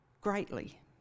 Greatly